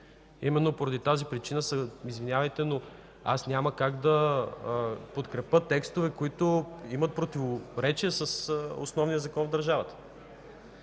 Именно по тази причина, извинявайте, но няма как да подкрепя текстове, които имат противоречие с основния закон в държавата.